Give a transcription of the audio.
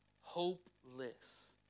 hopeless